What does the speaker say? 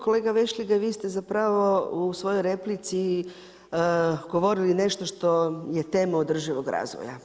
Kolega Vešligaj, vi ste zapravo u svojoj replici govorili nešto što je tema održivog razvoja.